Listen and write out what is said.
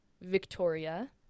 Victoria